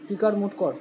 speaker mute কর